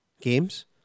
games